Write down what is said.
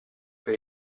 per